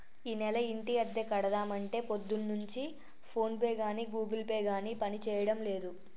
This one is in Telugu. ఈనెల ఇంటి అద్దె కడదామంటే పొద్దున్నుంచి ఫోన్ పే గాని గూగుల్ పే గాని పనిచేయడం లేదు